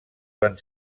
van